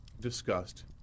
discussed